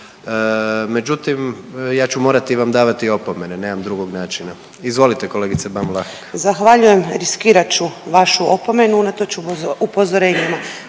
Međutim, ja ću morati vam davati opomene, nemam drugog načina. Izvolite kolegice Ban Vlahek. **Ban, Boška (SDP)** Zahvaljujem. Riskirat ću vašu opomenu unatoč upozorenjima.